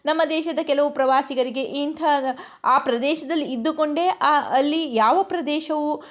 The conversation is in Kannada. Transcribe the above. ನಮ್ಮ ದೇಶದ ಕೆಲವು ಪ್ರವಾಸಿಗರಿಗೆ ಇಂತಹ ಆ ಪ್ರದೇಶದಲ್ಲಿ ಇದ್ದುಕೊಂಡೇ ಅಲ್ಲಿ ಯಾವ ಪ್ರದೇಶವು